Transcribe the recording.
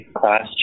class